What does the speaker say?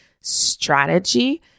strategy